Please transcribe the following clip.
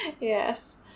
Yes